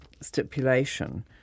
stipulation